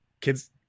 kids